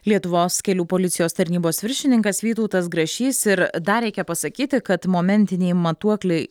lietuvos kelių policijos tarnybos viršininkas vytautas grašys ir dar reikia pasakyti kad momentiniai matuokliai